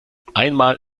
einmal